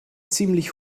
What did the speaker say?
ziemlich